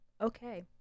Okay